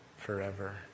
forever